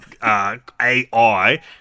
AI